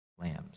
lambs